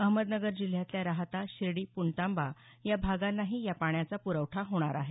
अहमदनगर जिल्ह्यातल्या राहता शिर्डी प्णतांबा या भागांनाही या पाण्याचा प्रवठा होणार आहे